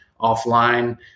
offline